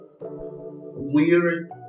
weird